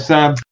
Sam